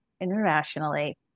internationally